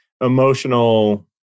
emotional